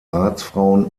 ratsfrauen